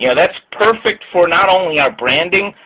yeah that's perfect for not only our branding,